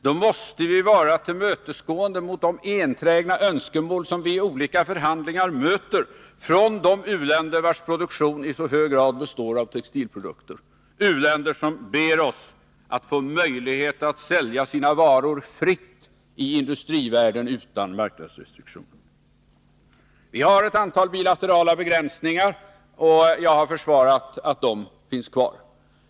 Då måste vi vara tillmötesgående när det gäller de enträgna önskemål som vi vid olika förhandlingar möter från de u-länder, vilkas produktion i så hög grad består av textilprodukter — u-länder som ber oss att få möjligheter att sälja sina varor fritt i industrivärlden, utan marknadsrestriktioner. Vi har ett antal bilaterala begränsningar, och jag har försvarat att de finns kvar.